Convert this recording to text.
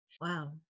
Wow